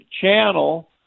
channel